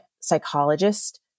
psychologist